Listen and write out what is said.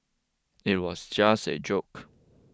it was just a joke